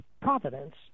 providence